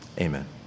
amen